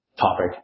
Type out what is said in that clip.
topic